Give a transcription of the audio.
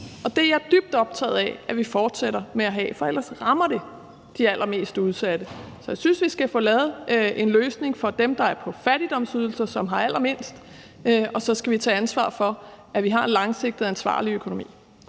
og det er jeg dybt optaget af at vi fortsætter med at have, for ellers rammer det de allermest udsatte. Så jeg synes, vi skal få lavet en løsning for dem, der er på fattigdomsydelse, og som har allermindst, og så skal vi tage ansvar for, at vi har en langsigtet, ansvarlig økonomi.